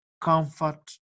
comfort